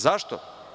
Zašto?